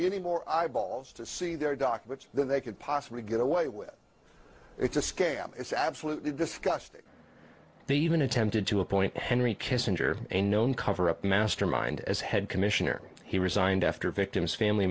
any more eyeballs to see their documents they could possibly get away with it's a scam it's absolutely disgusting they even attempted to appoint henry kissinger a known coverup mastermind as head commissioner he resigned after victims family